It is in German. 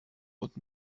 und